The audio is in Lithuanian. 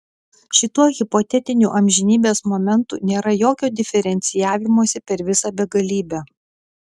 šituo hipotetiniu amžinybės momentu nėra jokio diferencijavimosi per visą begalybę